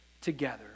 together